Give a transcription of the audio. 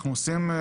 אנחנו עושים,